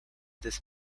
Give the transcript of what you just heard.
this